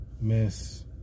Miss